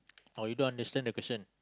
or you don't understand the question